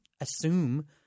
assume